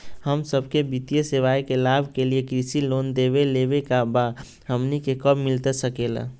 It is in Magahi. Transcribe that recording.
हम सबके वित्तीय सेवाएं के लाभ के लिए कृषि लोन देवे लेवे का बा, हमनी के कब मिलता सके ला?